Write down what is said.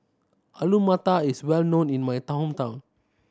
Alu Matar is well known in my hometown